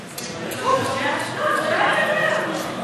נשים, ויכולים לצחוק באולם.